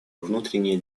внутренние